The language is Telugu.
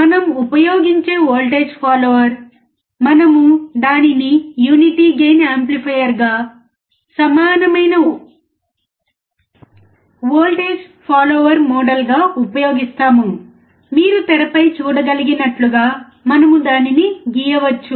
మనము ఉపయోగించే వోల్టేజ్ ఫాలోవర్ మనము దానిని యూనిటీ గెయిన్ యాంప్లిఫైయర్గా సమానమైన వోల్టేజ్ ఫాలోవర్ మోడల్గా ఉపయోగిస్తాము మీరు తెరపై చూడగలిగినట్లుగా మనము దానిని గీయవచ్చు